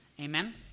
Amen